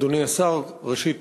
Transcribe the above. אדוני השר, ראשית,